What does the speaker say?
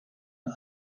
den